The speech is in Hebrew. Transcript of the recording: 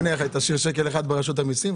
נראה לך שהיא תשאיר שקל אחד ברשות המסים?